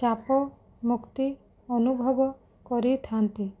ଚାପମୁକ୍ତି ଅନୁଭବ କରିଥାଆନ୍ତି